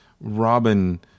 Robin